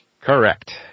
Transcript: Correct